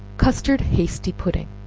custard hasty pudding.